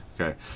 Okay